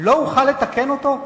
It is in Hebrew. לא אוכל לתקן אותו?